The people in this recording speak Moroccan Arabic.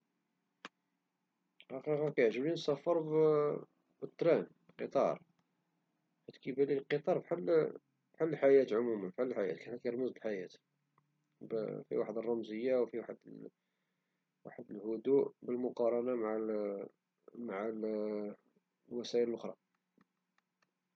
في الحقيقة كيعجبني نسافر في التران، القطار، كيبالي القطار فحال الحياة عموما، فيه واحد الرمزية وواحد الهدوء بالمقارنة مع الوسائل الأخرى.